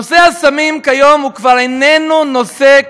נושא הסמים כיום כבר איננו נושא,